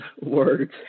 words